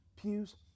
pews